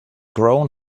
grown